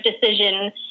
decision